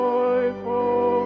Joyful